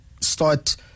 start